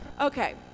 Okay